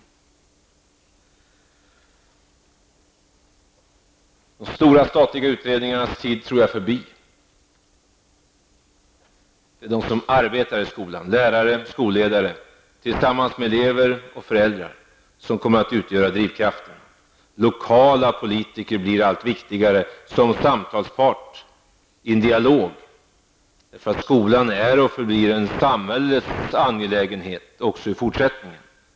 Jag tror att de stora statliga utredningarnas tid är förbi. Det är de som arbetar i skolan -- lärare och skolledare -- som tillsammans med elever och föräldrar som skall utgöra drivkraften. Lokala politiker blir allt viktigare som samtalspartner i en dialog. Skolan är och förblir en samhällets angelägenhet också i fortsättningen.